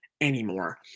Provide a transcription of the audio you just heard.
anymore